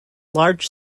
large